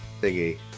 thingy